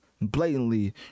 blatantly